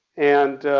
and